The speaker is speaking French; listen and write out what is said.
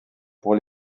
pour